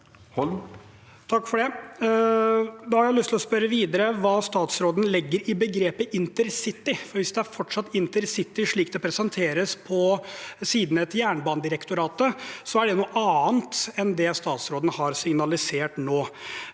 (H) Da har jeg lyst til å spørre videre om hva statsråden legger i begrepet intercity. Hvis det fortsatt er intercity slik det presenteres på sidene til Jernbanedirektoratet, er det noe annet enn det statsråden har signalisert nå.